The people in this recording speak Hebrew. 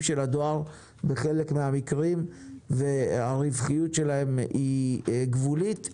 של הדואר בחלק מהמקרים והרווחיות שלהם גבולית.